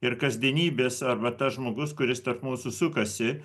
ir kasdienybės arba tas žmogus kuris tarp mūsų sukasi